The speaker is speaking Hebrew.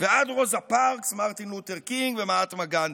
ועד רוזה פארקס, מרתין לותר קינג ומהטמה גנדי.